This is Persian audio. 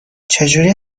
چجوری